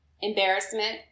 embarrassment